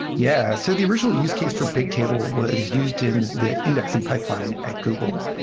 yeah. so the original use case for bigtable was used in the indexing pipeline at google,